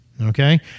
Okay